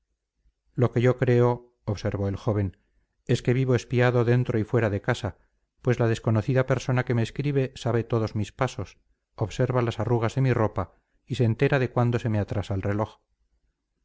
lo que yo creo observó el joven es que vivo espiado dentro y fuera de casa pues la desconocida persona que me escribe sabe todos mis pasos observa las arrugas de mi ropa y se entera de cuándo se me atrasa el reloj